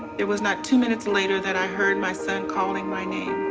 it was not two minutes later that i heard my son calling my name.